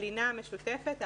הלינה המשותפת,